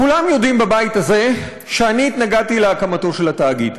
כולם יודעים בבית הזה שאני התנגדתי להקמתו של התאגיד,